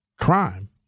crime